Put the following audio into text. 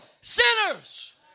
sinners